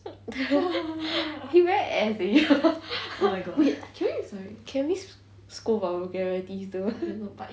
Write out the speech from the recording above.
you very ass eh you wait can we can we s~ scold vulgarities though